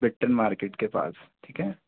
Vitthal market के पास ठीक है